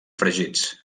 fregits